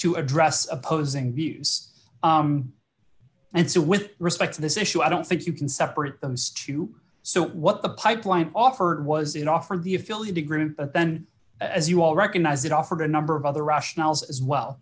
to address opposing views and so with respect to this issue i don't think you can separate those two so what the pipeline offered was it offered the affiliate a group and then as you all recognize it offered a number of other rationales as well